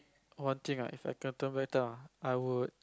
one thing ah If I can turn back time ah I would